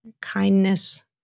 kindness